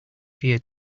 fear